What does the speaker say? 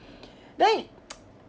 then